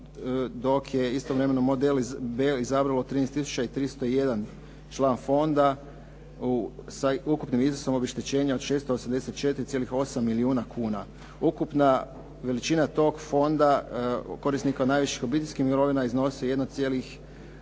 dok je istovremeno model B izabralo 13 tisuća i 301 član fonda sa ukupnim iznosom obeštećenja od 684.8 milijuna kuna. Ukupna veličina toga fonda korisnika najviših obiteljskih mirovina iznosi 1.1